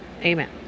Amen